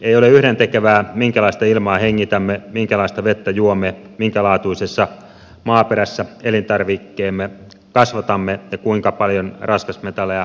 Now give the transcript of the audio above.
ei ole yhdentekevää minkälaista ilmaa hengitämme minkälaista vettä juomme minkälaatuisessa maaperässä elintarvikkeemme kasvatamme ja kuinka paljon raskasmetalleja kaloista saamme